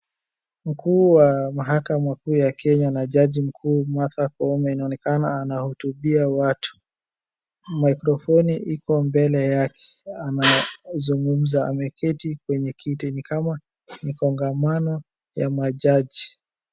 Mkuu wa mahakama kuu ya Kenya na jaji mkuu Martha Koome inaonekana anahotubia watu. Maikrofoni iko mbele yake, anazumngumza. Ameketi kwenye kiti. Ni kama ni kongamano ya majaji.